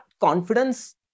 confidence